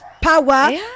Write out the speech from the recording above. Power